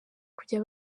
kujya